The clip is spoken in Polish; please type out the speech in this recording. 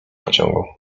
pociągu